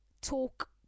Talk